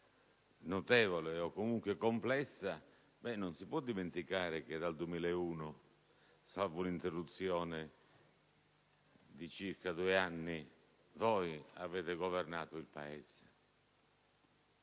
notevole, o comunque complessa, non si può dimenticare che dal 2001, salvo un'interruzione di circa due anni, voi avete governato il Paese.